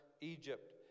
Egypt